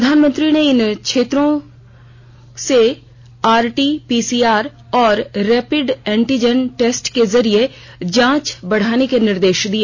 प्रधानमंत्री ने इन क्षेत्रों ने आरटी पीसीआर और रेपिड एंटीजन टेस्ट के जरिये जांच बढ़ाने के निर्देश दिए